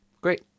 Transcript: Great